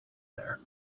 there